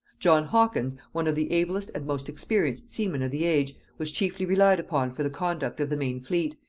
john hawkins, one of the ablest and most experienced seamen of the age, was chiefly relied upon for the conduct of the main fleet,